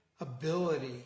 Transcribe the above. ability